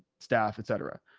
staff, et cetera.